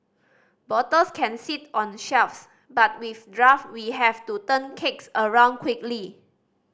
bottles can sit on shelves but with draft we have to turn kegs around quickly